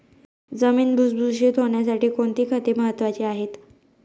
जमीन भुसभुशीत होण्यासाठी कोणती खते महत्वाची आहेत?